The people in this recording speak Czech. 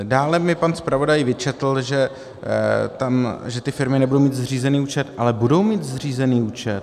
Dále mi pan zpravodaj vyčetl, že ty firmy nebudou mít zřízený účet ale budou mít zřízený účet!